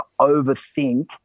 overthink